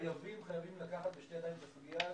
חייבים לקחת בשתי ידיים את הסוגיה הזאת,